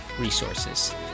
resources